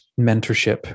mentorship